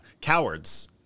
Cowards